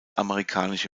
amerikanische